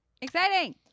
Exciting